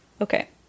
Okay